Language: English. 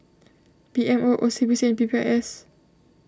P M O O C B C and P P I S